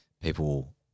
People